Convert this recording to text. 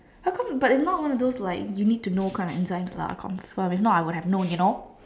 how come but it's not one of those like you need to know kind of enzymes lah confirm if not I would have known you know